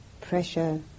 pressure